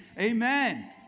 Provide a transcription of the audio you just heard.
Amen